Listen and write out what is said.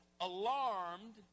Alarmed